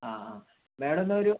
ആ ആ മാഡം എന്നാൽ ഒരു